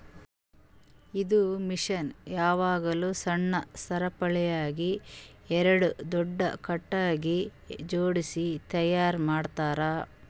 ಇದು ಮಷೀನ್ ಯಾವಾಗ್ಲೂ ಸಣ್ಣ ಸರಪುಳಿಗ್ ಎರಡು ದೊಡ್ಡ ಖಟಗಿಗ್ ಜೋಡ್ಸಿ ತೈಯಾರ್ ಮಾಡ್ತರ್